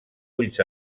ulls